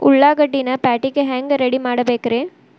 ಉಳ್ಳಾಗಡ್ಡಿನ ಪ್ಯಾಟಿಗೆ ಹ್ಯಾಂಗ ರೆಡಿಮಾಡಬೇಕ್ರೇ?